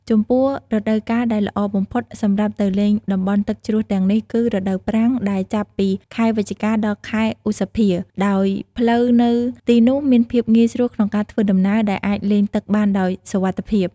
ចំពោះរដូវកាលដែលល្អបំផុតសម្រាប់ទៅលេងតំបន់ទឹកជ្រោះទាំងនោះគឺ នៅរដូវប្រាំង ដែលចាប់ពីខែវិច្ឆិកា ដល់ខែឧសភា ដោយផ្លូវនៅទីនោះមានភាពងាយស្រួលក្នុងការធ្វើដំណើរ ហើយអាចលេងទឹកបានដោយសុវត្ថិភាព។